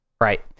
Right